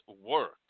work